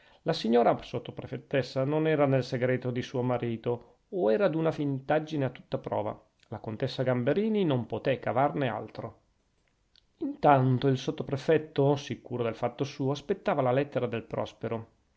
la signora sottoprefettessa non era nel segreto di suo marito o era d'una fintaggine a tutta prova la contessa gamberini non potè cavarne altro intanto il sottoprefetto sicuro del fatto suo aspettava la lettera del prospero